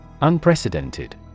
Unprecedented